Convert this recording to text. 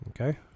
Okay